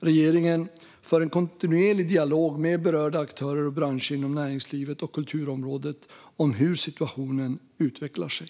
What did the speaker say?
Regeringen för en kontinuerlig dialog med berörda aktörer och branscher inom näringslivet och kulturområdet om hur situationen utvecklar sig.